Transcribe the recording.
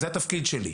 כי זה התפקיד שלי,